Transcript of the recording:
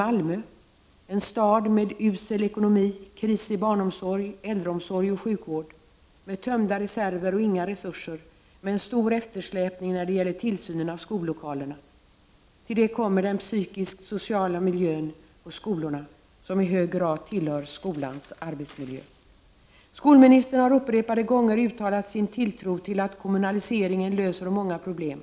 Malmö är en stad med usel ekonomi, kris i barnomsorg, äldreomsorg och sjukvård, med tömda reserver och inga resurser, med stor eftersläpning när det gäller tillsynen av skollokalerna. Till allt detta kommer den psykisk-sociala miljön på skolorna, som i hög grad tillhör skolans arbetsmiljö. Skolministern har upprepade gånger uttalat sin tilltro till att kommunaliseringen löser många problem.